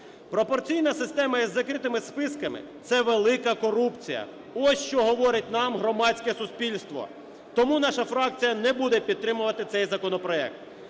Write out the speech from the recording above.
Пропорційна система із закритими списками – це велика корупція. Ось, що говорить нам громадське суспільство. Тому наша фракція не буде підтримувати цей законопроект.